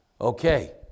Okay